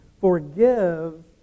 Forgive